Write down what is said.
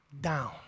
down